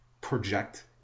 project